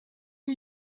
are